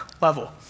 level